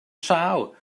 sâl